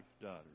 daughters